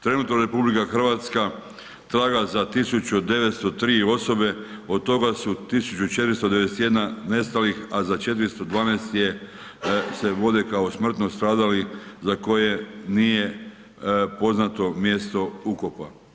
Trenutno RH traga za 1903 osobe, od toga su 1491 nestalih, a za 412 se vode kao smrtno stradali za koje nije poznato mjesto ukopa.